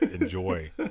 enjoy